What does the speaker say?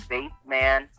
Baseman